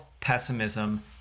pessimism